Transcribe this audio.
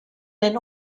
den